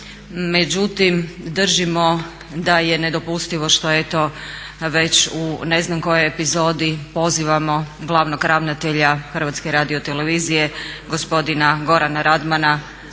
Međutim, držimo da je nedopustivo što eto već u ne znam kojoj epizodi pozivamo glavnog ravnatelja HRT-a gospodina Gorana Radmana